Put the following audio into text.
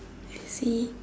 I see